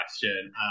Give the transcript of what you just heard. question